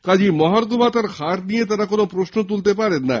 কাজেই মহার্ঘভাতার হার নিয়ে তারা কোনো প্রশ্ন তুলতে পারে না